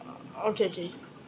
uh okay okay